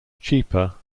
cheaper